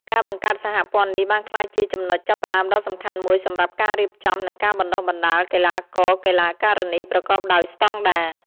ការបង្កើតសហព័ន្ធនេះបានក្លាយជាចំណុចចាប់ផ្តើមដ៏សំខាន់មួយសម្រាប់ការរៀបចំ និងការបណ្តុះបណ្តាលកីឡាករ-កីឡាការិនីប្រកបដោយស្តង់ដារ។